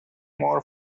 more